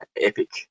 epic